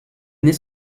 this